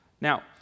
Now